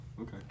okay